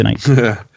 tonight